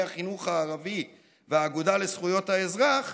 החינוך הערבי והאגודה לזכויות האזרח,